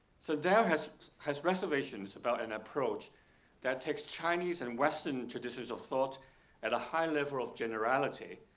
sandel has has reservations about an approach that takes chinese and western traditions of thought at a high level of generality,